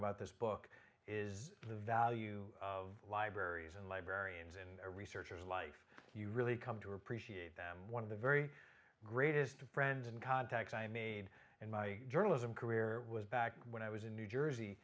about this book is the value of libraries and librarians and researchers like you really come to appreciate one of the very greatest friends and contacts i made in my journalism career was back when i was in new jersey